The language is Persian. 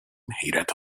حیرت